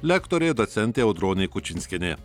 lektorė docentė audronė kučinskienė